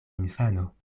infano